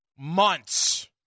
months